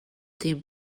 dem